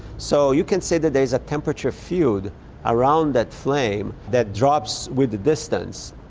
so you can say that there is a temperature field around that flame that drops with distance.